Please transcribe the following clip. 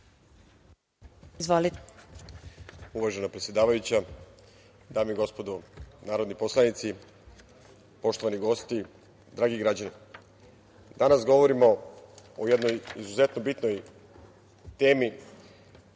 Uvažena predsedavajuća, dame i gospodo narodni poslanici, poštovani gosti, dragi građani, danas govorimo o jednoj izuzetno bitnoj temi,